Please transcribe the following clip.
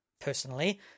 personally